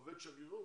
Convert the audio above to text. עובד שגרירות?